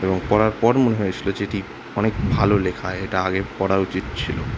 এবং পড়ার পর মনে হয়েছিলো যে এটি অনেক ভালো লেখা এটা আগে পড়া উচিত ছিলো